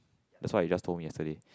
that's why you just told me yesterday